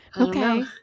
okay